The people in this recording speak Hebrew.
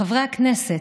חברי הכנסת.